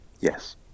Yes